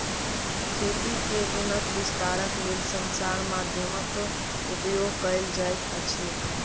खेती के गुणक विस्तारक लेल संचार माध्यमक उपयोग कयल जाइत अछि